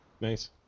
Nice